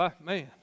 man